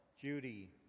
Judy